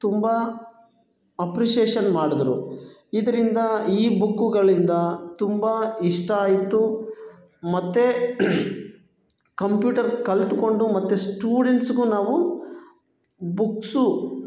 ತುಂಬ ಅಪ್ರಿಷೇಷನ್ ಮಾಡಿದ್ರು ಇದರಿಂದ ಈ ಬುಕ್ಕುಗಳಿಂದ ತುಂಬ ಇಷ್ಟ ಆಯಿತು ಮತ್ತು ಕಂಪ್ಯೂಟರ್ ಕಲಿತ್ಕೊಂಡು ಮತ್ತು ಸ್ಟೂಡೆಂಟ್ಸ್ಗೂ ನಾವು ಬುಕ್ಸು